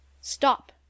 Stop